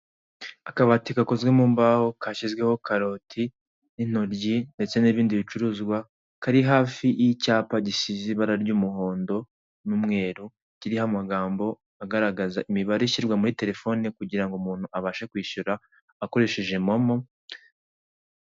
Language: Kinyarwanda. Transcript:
Akabati gakozwe mumbaho kashyizweho karoti, intoryi ndetse n'ibindi bicuruzwa Kari hafi y'icyapa gisize ibara ry'umuhondo n'umweru kiriho amagambo agaragaza imibare ishyirwa muri telefone kugira ngo umuntu abashe kwishyura akoresheje momo.